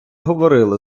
говорили